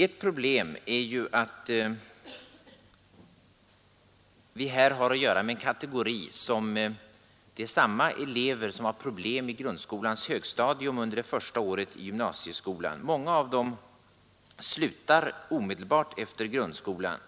Ett problem är att det är samma kategori elever som har svårigheter i grundskolans högstadium och under första året i gymnasieskolan. Många av dem slutar omedelbart efter grundskolan.